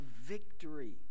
victory